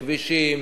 כבישים,